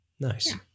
Nice